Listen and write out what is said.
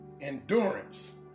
Endurance